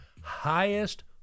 highest